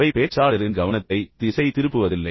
அவை பேச்சாளரின் கவனத்தை திசை திருப்புவதில்லை